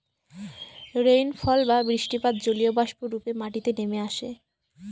rainfall বা বৃষ্টিপাত জলীয়বাষ্প রূপে মাটিতে নেমে আসে